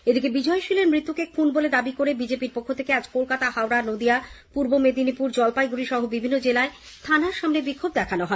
এদিকে বিজয় শীলের মৃত্যুকে খুন বলে দাবি করে বিজেপি র পক্ষ থেকে আজ কলকাতা হাওড়া নদীয়া পূর্ব মেদিনীপুর জলপাইগুড়ি সহ বিভিন্ন জেলায় থানার সামনে বিক্ষোভ দেখানো হয়